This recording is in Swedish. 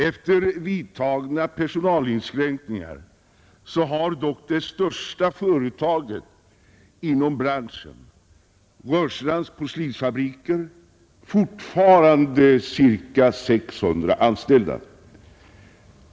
Efter vidtagna personalinskränkningar har dock det största företaget inom branschen - Rörstrands porslinsfabriker — fortfarande ca 600 anställda.